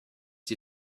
die